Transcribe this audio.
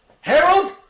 Harold